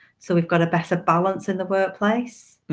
so we've got a better balance in the workplace.